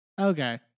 Okay